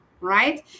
right